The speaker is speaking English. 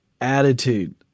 attitude